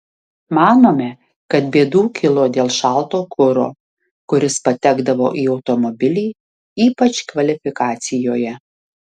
manome kad bėdų kilo dėl šalto kuro kuris patekdavo į automobilį ypač kvalifikacijoje